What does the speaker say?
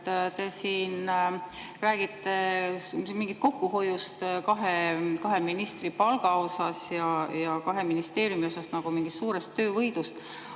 Te siin räägite mingist kokkuhoiust kahe ministri palga pealt ja kahe ministeeriumi pealt nagu mingist suurest töövõidust.